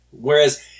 Whereas